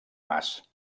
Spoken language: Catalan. mas